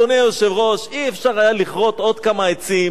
אדוני היושב-ראש: לא היה אפשר לכרות עוד כמה עצים